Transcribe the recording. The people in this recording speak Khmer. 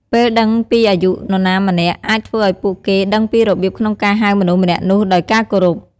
ពេលដឹងពីអាយុនរណាម្នាក់ អាចធ្វើឲ្យពួកគេដឹងពីរបៀបក្នុងការហៅមនុស្សម្នាក់នោះដោយការគោរព។